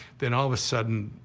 then all of a sudden,